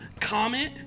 comment